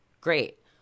great